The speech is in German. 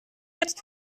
jetzt